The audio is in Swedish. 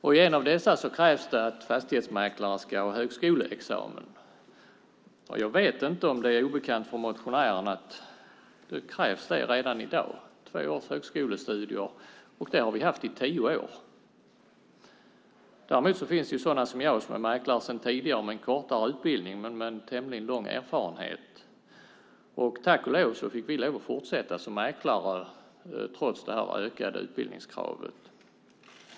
I en av motionerna krävs att fastighetsmäklare ska ha högskoleexamen. Jag vet inte om det är obekant för motionären att det krävs två års högskolestudier redan i dag. Det kravet har funnits i tio år. Däremot finns det sådana som jag som är mäklare sedan tidigare med en kortare utbildning men med tämligen lång erfarenhet. Tack och lov fick vi fortsätta som mäklare trots det ökade utbildningskravet.